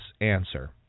answer